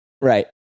Right